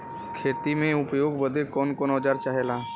खेती में उपयोग बदे कौन कौन औजार चाहेला?